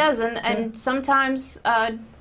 doesn't and sometimes